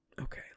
Okay